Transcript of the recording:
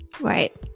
Right